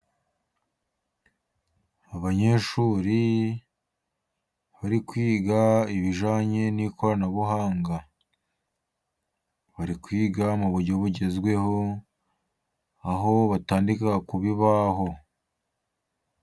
Abanyeshuri bari kwiga ibijyanye n'ikoranabuhanga, bari kwiga mu buryo bugezweho aho batandika ku bibaho.